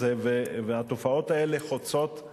והתופעות האלה חוצות את